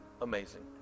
amazing